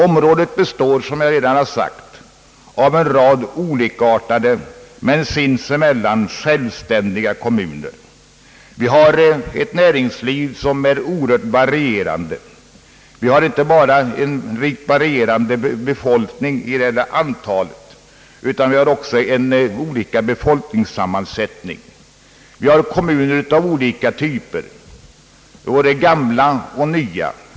Området består som jag redan sagt av en rad olikartade, men sins emellan självständiga kommuner. Vi har ett oerhört varierande näringsliv. Vi har inte bara en rikt varierande befolkning när det gäller antal, utan vi har också en olika befolkningssammansättning. Vi har kommuner av olika typer, både gamla och nya.